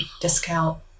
discount